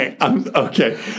Okay